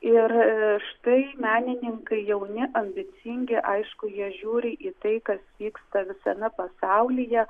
ir štai menininkai jauni ambicingi aišku jie žiūri į tai kas vyksta visame pasaulyje